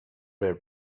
were